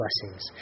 blessings